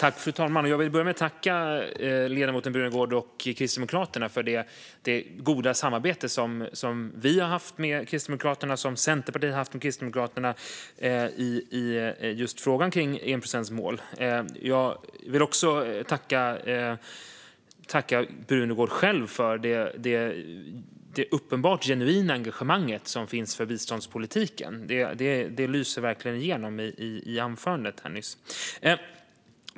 Fru talman! Jag vill börja med att tacka ledamoten Brunegård och Kristdemokraterna för det goda samarbete som vi och Centerpartiet har haft med Kristdemokraterna i just frågan om enprocentsmålet. Jag vill också tacka Brunegård själv för det uppenbart genuina engagemanget för biståndspolitiken. Det lyste verkligen igenom i anförandet nyss.